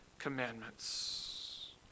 commandments